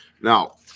Now